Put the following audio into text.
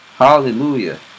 hallelujah